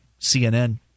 CNN